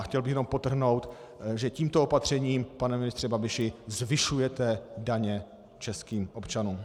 Chtěl bych jenom podtrhnout, že tímto opatřením, pane ministře Babiši, zvyšujete daně českým občanům.